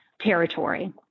territory